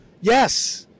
Yes